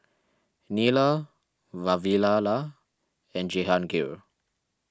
Neila Vavilala and Jehangirr